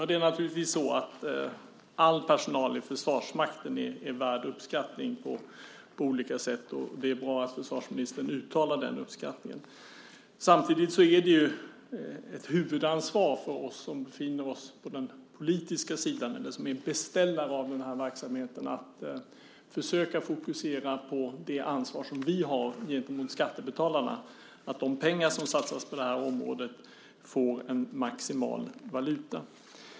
Fru talman! All personal i Försvarsmakten är värd uppskattning på olika sätt. Det är bra att försvarsministern uttalar den uppskattningen. Samtidigt är det ett huvudansvar för oss som befinner sig på den politiska sidan, beställare av verksamheten, att försöka fokusera på det ansvar vi har gentemot skattebetalarna att vi får maximal valuta för de pengar som satsas på området.